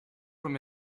from